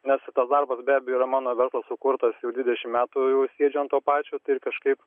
nes tas darbas be abejo yra mano verslas sukurtas jau dvidešimt metų jau sėdžiu ant to pačio tai kažkaip